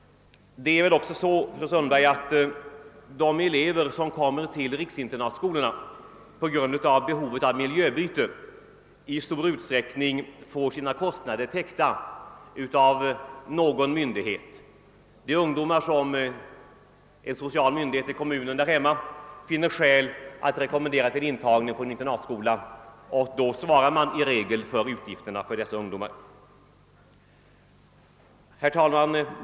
Det är väl också så, fru Sundberg, att de elever som kommer till riksinternatskolorna på grund av behovet av miljöbyte i stor utsträckning får sina kostnader täckta av någon myndighet. Den sociala myndighet i hemkommunen som finner skäl att rekommendera ungdomar intagning på en internatskola svarar som regel också för utgifterna härför. Herr talman!